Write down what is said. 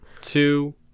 two